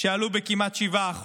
שעלו בכמעט 7%,